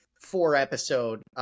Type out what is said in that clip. four-episode